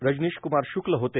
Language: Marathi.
रजनीश कुमार शुक्ल होते